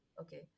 okay